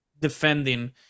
defending